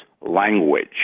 language